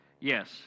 yes